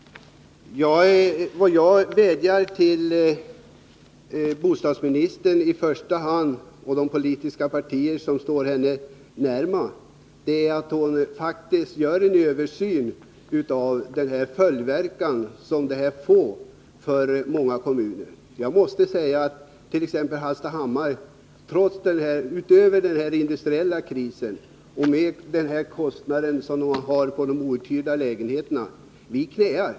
Jag vädjar till bostadsministern — och de partier som står henne nära — att göra en översyn av de följdverkningar som detta får för många kommuner. I Hallstahammar har vi utöver den industriella krisen kostnaderna för de outhyrda lägenheterna. Vi knäar.